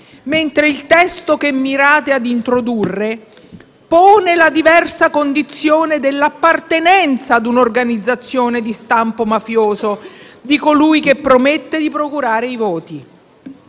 mentre il testo che mirate ad introdurre pone la diversa condizione dell'appartenenza ad un'organizzazione di stampo mafioso di colui che promette di procurare i voti.